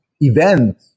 event